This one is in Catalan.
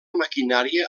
maquinària